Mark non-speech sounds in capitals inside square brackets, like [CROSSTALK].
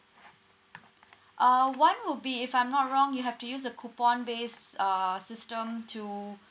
[BREATH] uh one would be if I'm not wrong you have to use a coupon based err system to